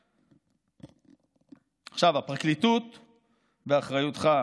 עכשיו, הפרקליטות באחריותך,